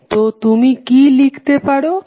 তো তুমি কি লিখতে পারো